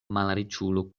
malriĉulo